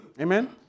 Amen